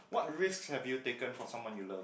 what risks have you taken for someone you loved